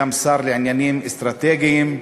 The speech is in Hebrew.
גם שר לעניינים אסטרטגיים.